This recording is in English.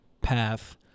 path